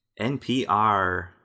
NPR